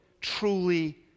truly